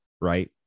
right